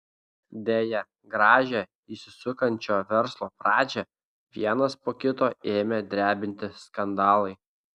deja gražią įsisukančio verslo pradžią vienas po kito ėmė drebinti skandalai